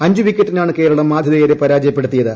അഞ്ച് വിക്കറ്റിനാണ് കേരളം ആതിഥേയരെ പരാജയപ്പെടുത്തിയത്